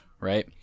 right